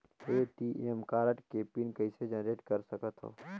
ATM card के pin कइसे generate कर सकथव?